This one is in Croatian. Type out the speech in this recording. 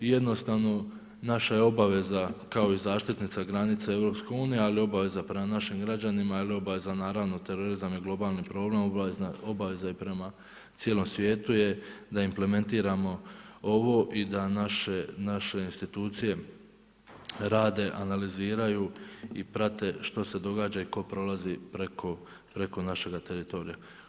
I jednostavno naša je obaveza kao i zaštitnica granice EU, ali i obaveza prema našim građanima … naravno terorizam je globalni problem obaveza je prema cijelom svijetu je da implementiramo ove i da naše institucije rade, analiziraju i prate što se događa i tko prolazi preko našega teritorija.